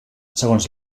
segons